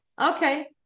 Okay